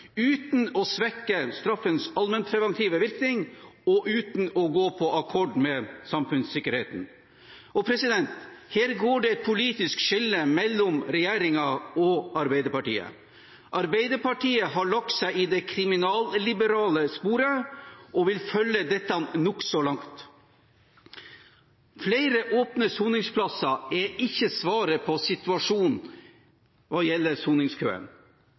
uten å svekke straffens allmennpreventive virkning og uten å gå på akkord med samfunnssikkerheten. Her går det et politisk skille mellom regjeringen og Arbeiderpartiet. Arbeiderpartiet har lagt seg i det kriminalliberale sporet og vil følge dette nokså langt. Flere åpne soningsplasser er ikke svaret på situasjonen hva gjelder soningskøen.